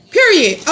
Period